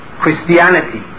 Christianity